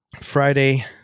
Friday